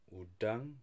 udang